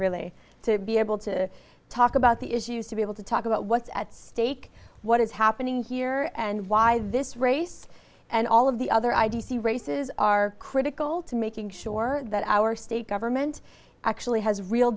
really to be able to talk about the issues to be able to talk about what's at stake what is happening here and why this race and all of the other i d c races are critical to making sure that our state government actually has real